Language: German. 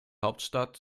hauptstadt